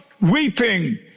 weeping